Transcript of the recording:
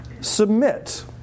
submit